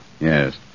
Yes